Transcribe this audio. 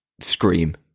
scream